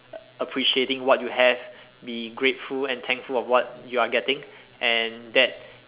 appreciating what you have be grateful and thankful of what you are getting and that